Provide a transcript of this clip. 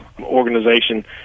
organization